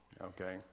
okay